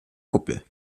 kuppel